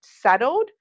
settled